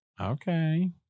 Okay